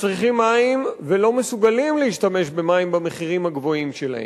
שצריכים מים ולא מסוגלים להשתמש במים במחירים הגבוהים שלהם.